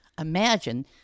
imagine